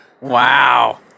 Wow